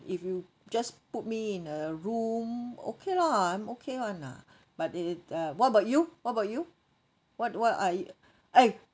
if you just put me in a room okay lah I'm okay [one] lah but it uh what about you what about you what what are y~ eh